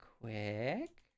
quick